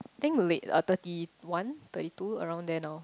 I think late uh thirty one thirty two around there now